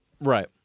Right